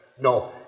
No